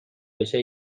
بشه